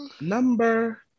number